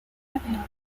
available